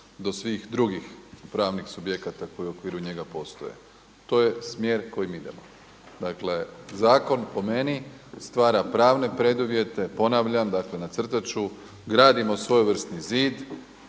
do svih drugih pravnih subjekata koji u okviru njega postoje. To je smjer kojim idemo. Dakle, zakon po meni stvara pravna preduvjete, ponavljam, dakle nacrtat ću, gradimo svojevrsni zid,